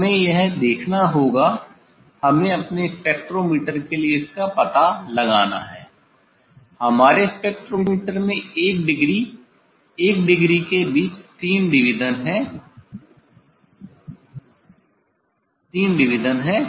हमें यह देखना होगा हमें अपने स्पेक्ट्रोमीटर के लिए इसका पता लगाना है हमारे स्पेक्ट्रोमीटर में 1 डिग्री 1 डिग्री के बीच 3 3 डिविजन हैं